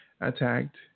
attacked